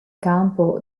campo